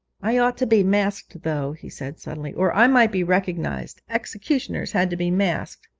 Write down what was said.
i ought to be masked though he said suddenly, or i might be recognised executioners had to be masked.